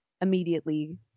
immediately